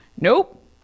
nope